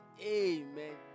Amen